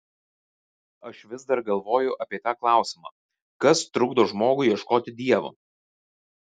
aš vis dar galvoju apie tą klausimą kas trukdo žmogui ieškoti dievo